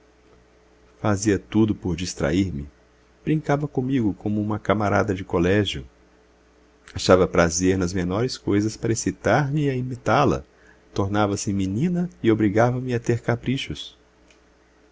fazia tudo por distrair-me brincava comigo como uma camarada de colégio achava prazer nas menores coisas para excitar me a imitá la tornava-se menina e obrigava me a ter caprichos